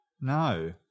no